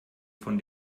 von